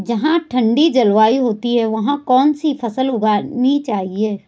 जहाँ ठंडी जलवायु होती है वहाँ कौन सी फसल उगानी चाहिये?